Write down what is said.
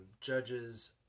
judges